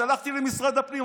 הלכתי למשרד הפנים,